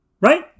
right